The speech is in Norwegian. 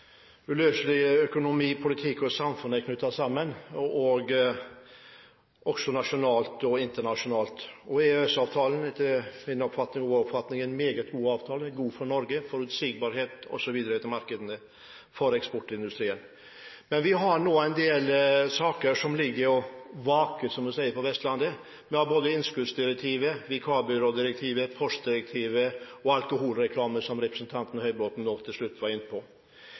uløselig økonomi, politikk og samfunn er knyttet sammen nasjonalt og internasjonalt. EØS-avtalen er etter min – og vår – oppfatning en meget god avtale, god for Norge, forutsigbar etc. for eksportindustriens markeder. Vi har nå en del saker som ligger og vaker, som vi sier på Vestlandet. Vi har både innskuddsdirektivet, vikarbyrådirektivet, postdirektivet og alkoholreklamedirektivet, som representanten Høybråten var inne på